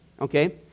Okay